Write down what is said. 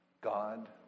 God